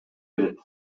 берет